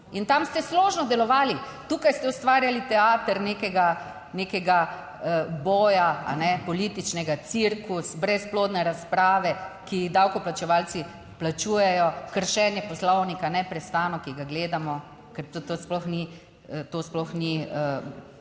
in tam ste složno delovali. Tukaj ste ustvarjali teater nekega, nekega boja, ne političnega, cirkus, brezplodne razprave, ki jih davkoplačevalci plačujejo, kršenje poslovnika neprestano, ki ga gledamo, ker to sploh ni,